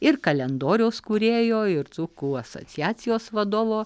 ir kalendoriaus kūrėjo ir dzūkų asociacijos vadovo